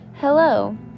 Hello